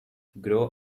grow